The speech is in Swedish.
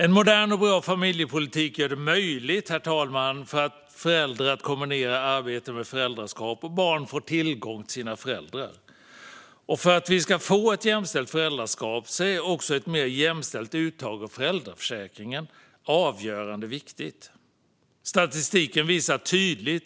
En modern och bra familjepolitik gör det möjligt för föräldrar att kombinera arbetet med föräldraskap, så att barn får tillgång till sina föräldrar. För att vi ska få ett jämställt föräldraskap är ett mer jämställt uttag av föräldraförsäkringen viktigt och avgörande.